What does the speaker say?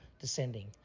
descending